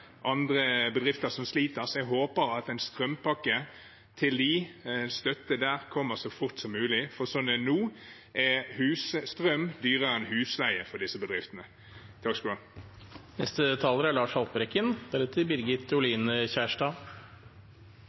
bedrifter som sliter. Så jeg håper at en strømstøttepakke til dem kommer så fort som mulig, for sånn det er nå, er husstrøm dyrere enn husleie for disse bedriftene.